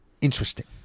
interesting